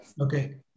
Okay